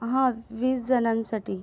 हां वीस जणांसाठी